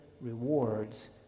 rewards